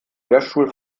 lehrstuhl